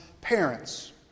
parents